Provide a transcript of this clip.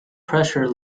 pressure